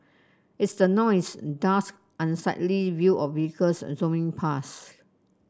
it's the noise dust and unsightly view of vehicles and zooming past